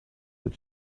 that